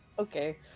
Okay